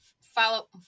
follow –